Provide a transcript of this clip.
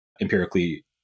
empirically